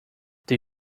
they